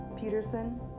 Peterson